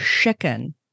chicken